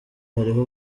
hariho